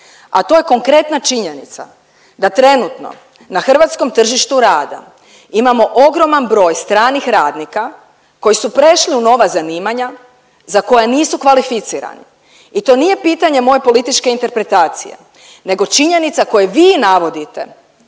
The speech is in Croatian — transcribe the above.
a to je konkretna činjenica da trenutno na hrvatskom tržištu rada imamo ogroman broj stranih radnika koji su prešli u nova zanimanja za koja nisu kvalificirani i to nije pitanje moje političke interpretacije, nego činjenica koju vi navodite